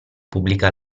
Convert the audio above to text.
pubblica